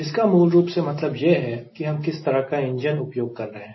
जिसका मूल रूप से मतलब यह है कि हम किस तरह का इंजन उपयोग कर रहे हैं